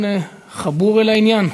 אכן, חמור ולעניין.